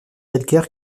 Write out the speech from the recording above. calcaire